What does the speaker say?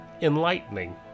enlightening